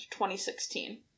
2016